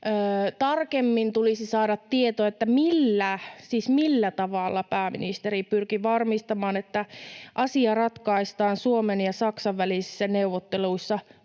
millä tavalla — siis millä tavalla — pääministeri pyrki varmistamaan, että asia ratkaistaan Suomen ja Saksan välisissä neuvotteluissa